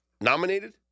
nominated